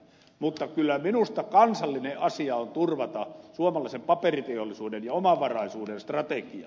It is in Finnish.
mutta kyllä minusta kansallinen asia on turvata suomalaisen paperiteollisuuden ja omavaraisuuden strategia